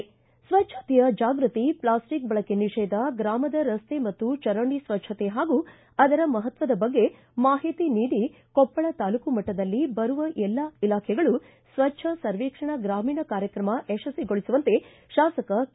ಿಸ್ವಚ್ಛತೆಯ ಜಾಗೃತಿ ಪ್ಲಾಸ್ಟಿಕ್ ಬಳಕೆ ನಿಷೇಧ ಗ್ರಾಮದ ರಸ್ತೆ ಮತ್ತು ಚರಂಡಿ ಸ್ವಚ್ಛತೆ ಪಾಗೂ ಅದರ ಮಪತ್ತದ ಬಗ್ಗೆ ಮಾಹಿತಿ ನೀಡಿ ಕೊಪ್ಪಳ ತಾಲೂಕ ಮಟ್ಟದಲ್ಲಿ ಬರುವ ಎಲ್ಲಾ ಇಲಾಖೆಗಳು ಸ್ವಚ್ಛ ಸರ್ವೇಕ್ಷಣ ಗ್ರಾಮೀಣ ಕಾರ್ಯಕ್ರಮ ಯಶಸ್ವಿಗೊಳಿಸುವಂತೆ ಶಾಸಕ ಕೆ